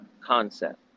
concept